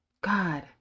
God